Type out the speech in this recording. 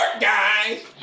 guys